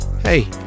Hey